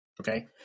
Okay